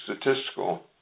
statistical